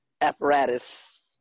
apparatus